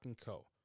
Co